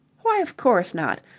why, of course not.